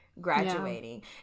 graduating